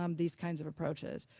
um these kinds of approaches.